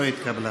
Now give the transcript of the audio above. לא התקבלה.